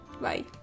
Bye